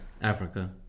Africa